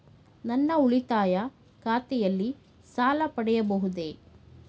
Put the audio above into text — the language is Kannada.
ನನ್ನ ಉಳಿತಾಯ ಖಾತೆಯಲ್ಲಿ ಸಾಲ ಪಡೆಯಬಹುದೇ?